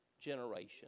generation